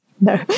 no